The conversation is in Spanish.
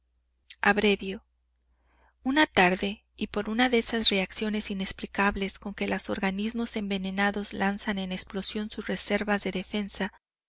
abrevio una tarde y por una de esas reacciones inexplicables con que los organismos envenenados lanzan en explosión sus reservas de